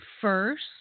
first